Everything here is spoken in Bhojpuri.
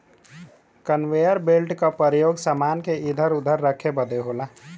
कन्वेयर बेल्ट क परयोग समान के इधर उधर रखे बदे होला